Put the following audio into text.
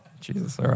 Jesus